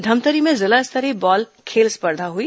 धमतरी में जिला स्तरीय बाल खेल स्पर्धा हुई